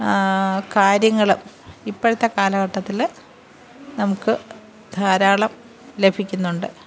കാര്യങ്ങളും ഇപ്പോഴത്തെ കാലഘട്ടത്തിൽ നമുക്ക് ധാരാളം ലഭിക്കുന്നുണ്ട്